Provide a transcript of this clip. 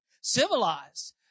civilized